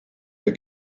der